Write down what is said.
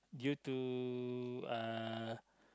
due to uh